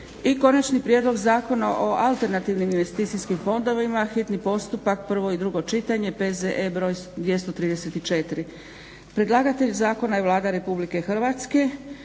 1. Konačni prijedlog zakona o alternativnim investicijskim fondovima, hitni postupak, prvo i drugo čitanje, P.Z.E. br. 234. Predlagatelj zakona je Vlada RH. Prijedloge ste